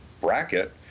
bracket